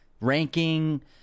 ranking